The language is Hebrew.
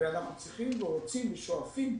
ואנחנו צריכים ורוצים ושואפים,